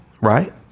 right